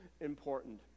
important